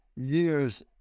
years